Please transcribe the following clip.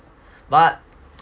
but